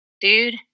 dude